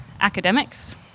academics